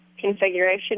configuration